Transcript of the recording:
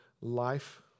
life